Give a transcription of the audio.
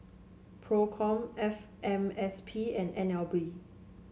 Procom F M S P and N L B